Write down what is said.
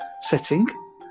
setting